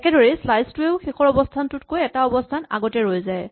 একেদৰেই শ্লাইচ টোৱেও শেষৰ অৱস্হানটোতকৈ এটা অৱস্হান আগতে ৰৈ যায়